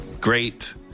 great